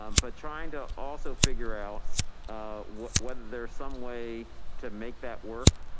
um but trying to also figure out whether there's some way to make that work.